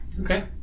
Okay